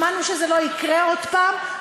שמענו שזה לא יקרה עוד פעם,